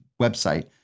website